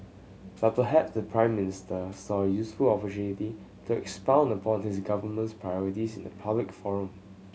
but perhaps the Prime Minister saw a useful opportunity to expound upon his government's priorities in a public forum